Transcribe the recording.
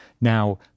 Now